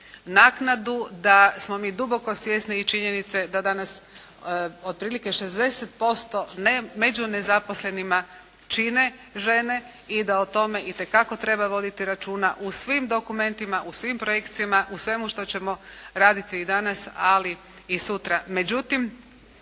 naknadu da smo mi duboko svjesni i činjenice da danas otprilike 60% ne, među nezaposlenima čine žene i da o tome itekako treba voditi računa u svim dokumentima, u svim projekcijama, u svemu što ćemo raditi i danas ali i sutra. Međutim,